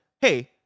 hey